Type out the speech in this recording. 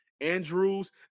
andrews